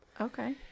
Okay